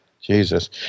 Jesus